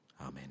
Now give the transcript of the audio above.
Amen